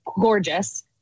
Gorgeous